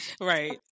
right